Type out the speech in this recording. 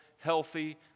healthy